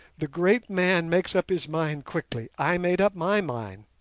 the great man makes up his mind quickly. i made up my mind.